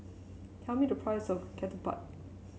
tell me the price of Ketupat